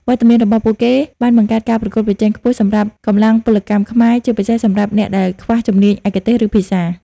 វត្តមានរបស់ពួកគេបានបង្កើតការប្រកួតប្រជែងខ្ពស់សម្រាប់កម្លាំងពលកម្មខ្មែរ ជាពិសេសសម្រាប់អ្នកដែលខ្វះជំនាញឯកទេស ឬភាសា។